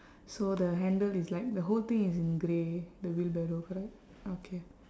so the handle is like the whole thing is in grey the wheelbarrow right okay